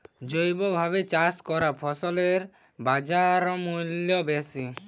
জৈবভাবে চাষ করা ফসলের বাজারমূল্য বেশি